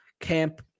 camp